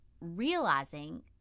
realizing